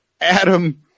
Adam